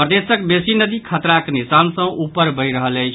प्रदेशक बेसी नदी खतराक निशान सॅ ऊपर बहि रहल अछि